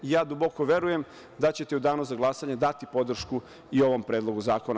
Ja duboko verujem da ćete u Danu za glasanje dati podršku i ovom Predlogu zakona.